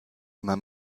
immer